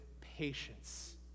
patience